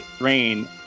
Rain